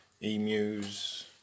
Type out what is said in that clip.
emus